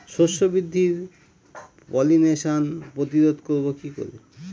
শস্য বৃদ্ধির পলিনেশান প্রতিরোধ করব কি করে?